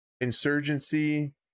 Insurgency